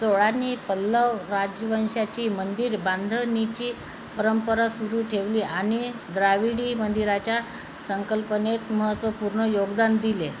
चोळांनी पल्लव राजवंशाची मंदिर बांधणीची परंपरा सुरू ठेवली आणि द्राविडी मंदिराच्या संकल्पनेत महत्त्वपूर्ण योगदान दिले